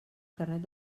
carnet